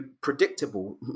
predictable